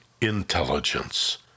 intelligence